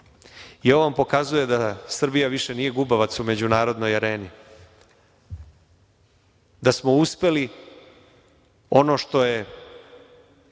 Ovo vam pokazuje da Srbija nije više gubavac u međunarodnoj areni. Da smo uspeli ono što je